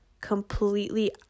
completely